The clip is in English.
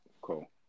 Cool